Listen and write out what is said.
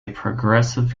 progressive